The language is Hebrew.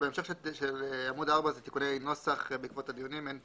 בהמשך של עמוד 4 זה תיקוני נוסח בעקבות הדיונים.